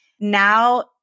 Now